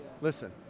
listen